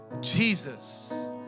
Jesus